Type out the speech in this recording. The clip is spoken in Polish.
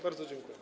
Bardzo dziękuję.